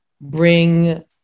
bring